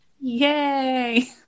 yay